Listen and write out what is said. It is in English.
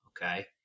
okay